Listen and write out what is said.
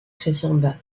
chrétien